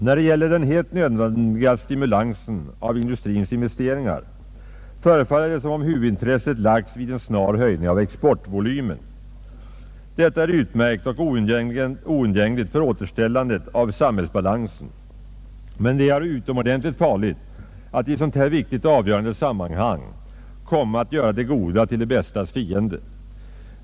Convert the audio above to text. När det gäller den helt nödvändiga stimulansen av industrins investeringar förefaller det som om huvudintresset lagts vid en snar höjning av exportvolymen. Detta är utmärkt och oundgängligt för återställandet av samhällsbalansen, men det är utomordentligt farligt att i ett så här viktigt och avgörande sammanhang göra det goda till det bästas fiende.